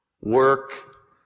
Work